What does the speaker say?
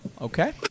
Okay